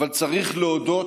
אבל צריך להודות